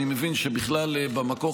אני מבין שבכלל במקור,